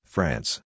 France